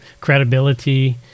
credibility